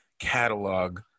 catalog